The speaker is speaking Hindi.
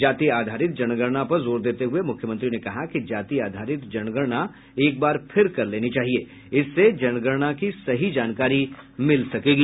जाति आधारित जनगणना पर जोर देते हुए मुख्यमंत्री ने कहा कि जाति आधारित जनगणना एकबार फिर कर लेनी चाहिए इससे जनगणना की सही जानकारी मिल सकेगी